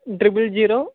double zero